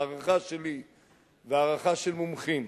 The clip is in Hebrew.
ההערכה שלי וההערכה של מומחים,